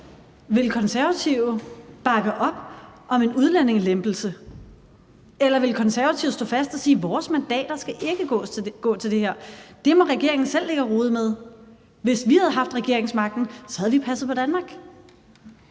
Vil Konservative bakke op om en udlændingelempelse, eller vil Konservative stå fast og sige: Vores mandater skal ikke gå til det her; det må regeringen selv ligge og rode med? Hvis vi havde haft regeringsmagten, havde vi passet på Danmark.